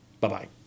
Bye-bye